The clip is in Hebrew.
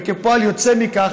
וכפועל יוצא מכך,